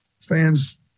fans